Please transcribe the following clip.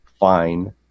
Fine